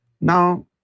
Now